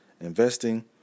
investing